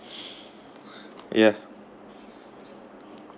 yeah